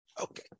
Okay